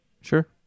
Sure